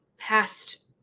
past